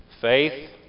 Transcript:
faith